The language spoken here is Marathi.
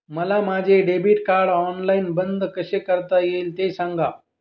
मला माझे डेबिट कार्ड ऑनलाईन बंद कसे करता येईल, ते सांगा